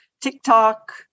TikTok